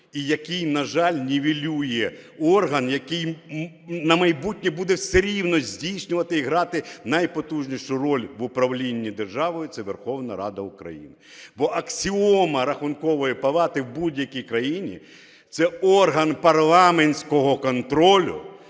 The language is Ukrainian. і який, на жаль, нівелює орган, який на майбутнє буде все рівно здійснювати і грати найпотужнішу роль в управлінні державою, це Верховна Рада України. Бо аксіома Рахункової палати в будь-якій країні – це орган парламентського контролю